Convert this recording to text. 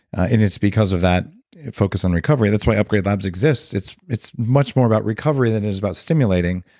and it's because of that focus on recovery. that's why upgrade labs exists. it's it's much more about recovery than it is about stimulating,